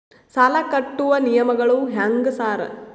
ಸಾಲ ಕಟ್ಟುವ ನಿಯಮಗಳು ಹ್ಯಾಂಗ್ ಸಾರ್?